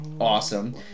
Awesome